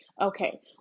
Okay